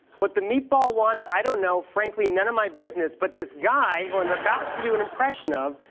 what the meatball wants, i don't know, frankly none of my business, but this guy who i'm about to do an impression of,